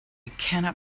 cannot